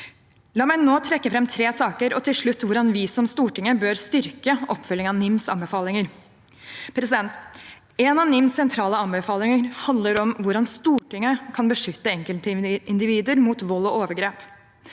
La meg nå trekke fram tre saker, og til slutt hvordan vi som storting bør styrke oppfølgingen av NIMs anbefalinger. En av NIMs sentrale anbefalinger handler om hvordan Stortinget kan beskytte enkeltindivider mot vold og overgrep.